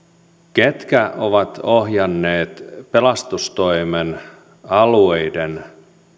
ketkä ovat ohjanneet pelastustoimen alueiden